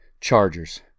Chargers